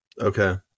Okay